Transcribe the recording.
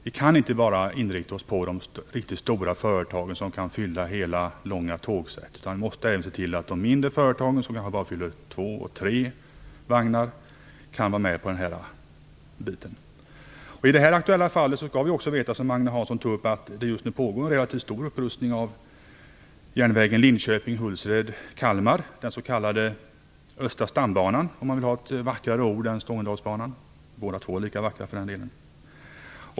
Vi kan inte bara inrikta oss på de riktigt stora företagen som kan fylla hela långa tågsätt. Vi måste även se till att de mindre företagen, som kanske bara fyller två tre vagnar, kan vara med. I det här aktuella fallet skall vi också veta, som Agne Hansson tog upp, att det pågår en relativt stor upprustning av järnvägen Linköping-Hultsfred Kalmar, den s.k. östra stambanan, om man vill ha ett vackrare ord än Stångådalsbanan - båda orden är lika vackra för den delen.